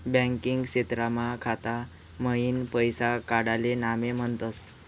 banking क्षेत्रमा खाता मईन पैसा काडाले नामे म्हनतस